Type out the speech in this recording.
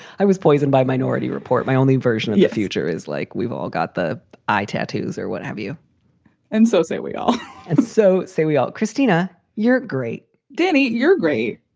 i was poisoned by minority report. my only version of the future is like we've all got the eye tattoos or what have you and so say we all and so say we all. christina you're great danny. you're great.